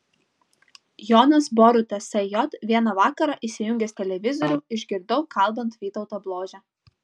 jonas boruta sj vieną vakarą įsijungęs televizorių išgirdau kalbant vytautą bložę